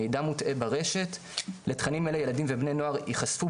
מידע מוטעה ברשת לתכנים אלה ילדים ובני נוער ייחשפו